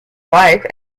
wife